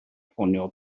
ffonio